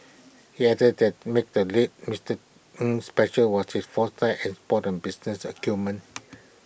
he added that made the late Mister Ng special was his foresight and spoton business acumen